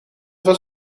was